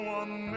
one